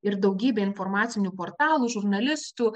ir daugybė informacinių portalų žurnalistų